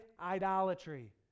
idolatry